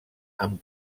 amb